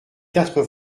quatre